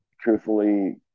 truthfully